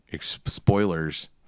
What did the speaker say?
Spoilers